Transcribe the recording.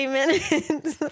minutes